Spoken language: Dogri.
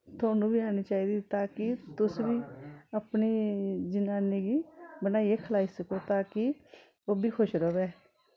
तुआनू बी औनी चाहिदी ताकि तुस बी अपनी जनानी गी बनाइयै खलाई सको ताकि ओह् बी खुश रवै